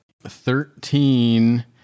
Thirteen